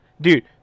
dude